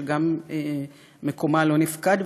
שגם אצלם מקומה לא נפקד,